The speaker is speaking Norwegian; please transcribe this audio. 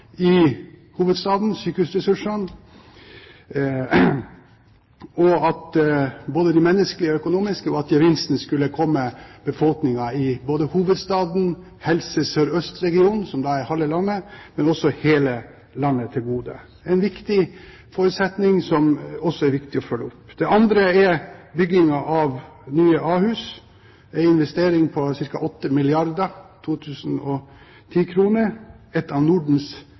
sykehusressursene i hovedstaden, både de menneskelige og de økonomiske og at gevinsten skulle komme befolkningen til gode – ikke bare i hovedstaden, i Helse Sør-Øst-regionen, som er halve landet, men også befolkningen i resten av landet. Dette er en viktig forutsetning som også er viktig å følge opp. Det andre vedtaket er byggingen av Nye Ahus – en investering på ca. 8 milliarder 2010-kroner – som er et av Nordens